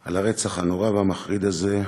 על הרצח הנורא והמחריד הזה.